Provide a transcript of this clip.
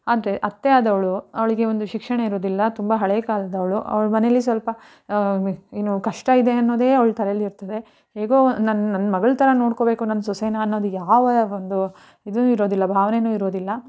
ಆದರೆ ಅತ್ತೆ ಆದವಳು ಅವಳಿಗೆ ಒಂದು ಶಿಕ್ಷಣ ಇರೋದಿಲ್ಲ ತುಂಬ ಹಳೇ ಕಾಲದವಳು ಅವಳ ಮನೆಯಲ್ಲಿ ಸ್ವಲ್ಪ ಏನು ಕಷ್ಟ ಇದೆ ಅನ್ನೋದೇ ಅವ್ಳ ತಲೆಯಲ್ಲಿ ಇರ್ತದೆ ಹೇಗೋ ನನ್ನ ನನ್ನ ಮಗಳ ಥರ ನೋಡ್ಕೊಬೇಕು ನನ್ನ ಸೊಸೇನ ಅನ್ನೋದು ಯಾವ ಒಂದು ಇದೂ ಇರೋದಿಲ್ಲ ಭಾವನೇನೂ ಇರೋದಿಲ್ಲ